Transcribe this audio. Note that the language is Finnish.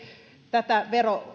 tätä